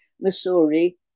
Missouri